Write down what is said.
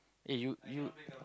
eh you you